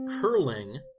Curling